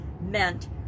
meant